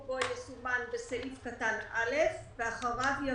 האמור בו יסומן כסעיף קטן (א) ואחריו יבוא: